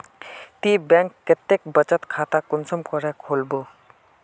ती बैंक कतेक बचत खाता कुंसम करे खोलबो?